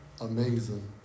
amazing